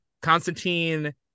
Constantine